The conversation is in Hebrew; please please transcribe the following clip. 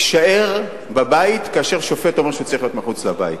יישאר בבית כאשר שופט אומר שהוא צריך להיות מחוץ לבית.